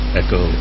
echo